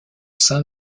sein